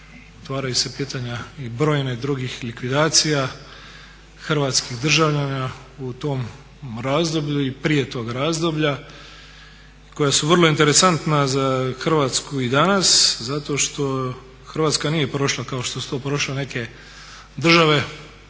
otvaraju se pitanja i brojnih drugih likvidacija hrvatskih državljana u tom razdoblju i prije toga razdoblja koja su vrlo interesantna za Hrvatsku i danas zato što Hrvatska nije prošla kao što su to prošle neke države